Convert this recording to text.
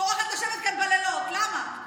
טורחת לשבת כאן בלילות, למה?